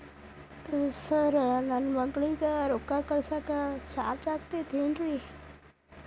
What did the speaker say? Sir ನನ್ನ ಮಗಳಗಿ ರೊಕ್ಕ ಕಳಿಸಾಕ್ ಚಾರ್ಜ್ ಆಗತೈತೇನ್ರಿ?